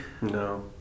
No